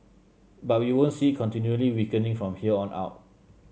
but we won't see it continually weakening from here on out